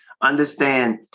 Understand